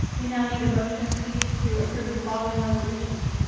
we now need a motion, please, to approve the following resolutions.